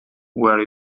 where